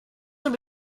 doch